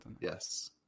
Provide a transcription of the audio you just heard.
Yes